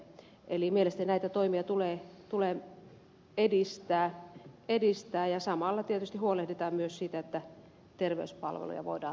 eli mielestäni näitä toimia tulee edistää ja samalla tietysti huolehditaan myös siitä että terveyspalveluja voidaan turvata